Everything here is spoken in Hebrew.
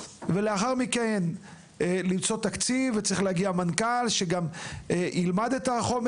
ולאחר מכן למצוא תקציב; צריך גם להגיע המנכ"ל שילמד את החומר